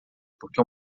porque